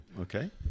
Okay